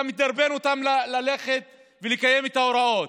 אתה מדרבן אותם ללכת ולקיים את ההוראות.